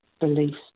beliefs